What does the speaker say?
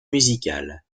musicale